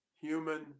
human